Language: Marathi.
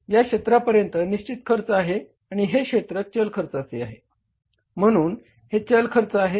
या क्षेत्रापर्यंत निश्चित खर्च आहे आणि हे क्षेत्र चल खर्चाचे आहे म्हणून हे चल खर्च आहे